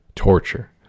torture